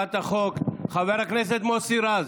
חבר הכנסת מוסי רז,